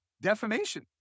defamation